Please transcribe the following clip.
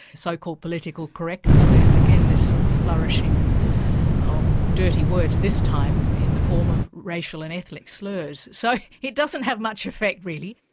so called political correctness, there's again this sort of flourishing of dirty words, this time in the form of racial and ethnic slurs. so it doesn't have much effect really.